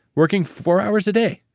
working four hours a day.